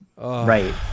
Right